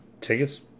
Tickets